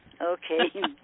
okay